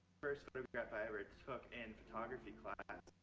first photograph i ever took in photography class.